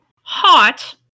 Hot